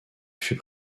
fut